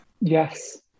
Yes